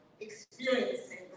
experiencing